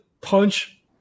punch